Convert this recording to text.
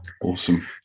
Awesome